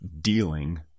dealing